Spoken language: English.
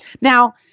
Now